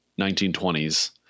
1920s